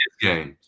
games